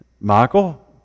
Michael